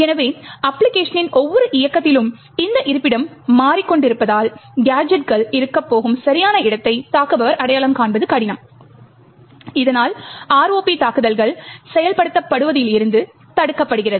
எனவே அப்பிளிகேஷனின் ஒவ்வொரு இயக்கத்திலும் இந்த இருப்பிடம் மாறிக்கொண்டிருப்பதால் கேஜெட் டுகள் இருக்கப் போகும் சரியான இடத்தை தாக்குபவர் அடையாளம் காண்பது கடினம் இதனால் ROP தாக்குதல்கள் செயல்படுத்தப்படுவதில் இருந்து தடுக்கப்படுகிறது